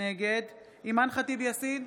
נגד אימאן ח'טיב יאסין,